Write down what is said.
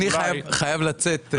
אני חייב לצאת.